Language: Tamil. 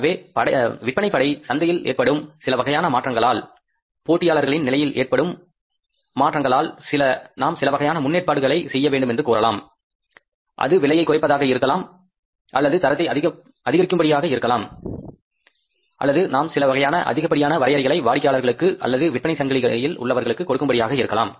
எனவே விற்பனைபடை சந்தையில் ஏற்படும் சிலவகையான மாற்றங்களால் போட்டியாளர்களின் நிலையில் ஏற்படும் மாற்றங்களால் நாம் சிலவகையான முன்னேற்பாடுகளை செய்ய வேண்டும் என்று கூறலாம் அது விலையை குறைப்பதாக இருக்கலாம் அல்லது தரத்தை அதிகரிக்கும்படியாக இருக்கலாம் அல்லது நாம் சில வகையான அதிகப்படியான வரையறைகளை வாடிக்கையாளர்களுக்கு அல்லது விற்பனை சங்கிலியில் உள்ளவர்களுக்கு கொடுக்கும்படியாக இருக்கலாம்